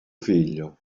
figlio